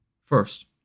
First